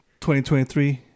2023